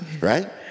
Right